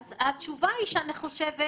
אני חושבת